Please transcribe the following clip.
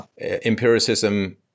empiricism